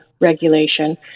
regulation